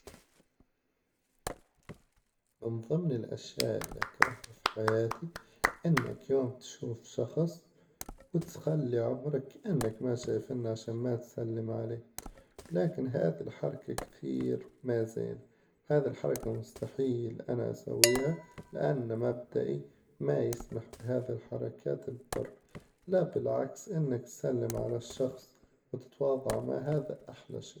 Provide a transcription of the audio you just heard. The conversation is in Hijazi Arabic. من ظمن الأشياء إللي أكرهها في حياتي إنك يوم تشوف شخص وتخلي عمرك كأنك ما شيفنه علشان ما تسلم عليه، لكن هذي الحركة كثير مازين وهذي الحركة مستحيل إن أفعلها لأن مبدأي ما يسمح بهذي الحركات البر، لا بالعكس إنك تسلم على الشخص وتتواظع ما هذا أحلى شي.